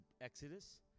exodus